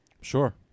Sure